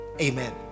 Amen